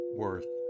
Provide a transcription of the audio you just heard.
worth